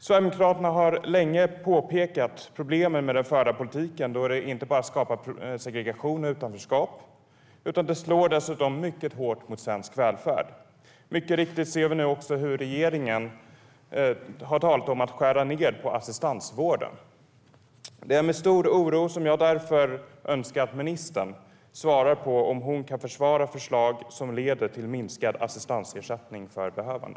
Sverigedemokraterna har länge påpekat problemen med den förda politiken, som inte bara skapar segregation och utanförskap utan dessutom slår mycket hårt mot svensk välfärd. Mycket riktigt ser vi nu också hur regeringen har talat om att skära ned på assistansvården. Därför är det med stor oro som jag önskar att ministern svarar på om hon kan försvara förslag som leder till minskad assistansersättning för behövande.